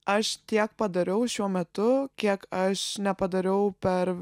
aš tiek padariau šiuo metu kiek aš nepadariau per